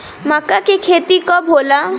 माका के खेती कब होला?